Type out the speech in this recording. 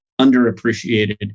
underappreciated